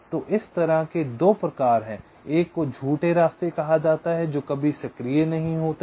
तो इस तरह के 2 प्रकार हैं एक को झूठे रास्ते कहा जाता है जो कभी सक्रिय नहीं होते हैं